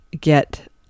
get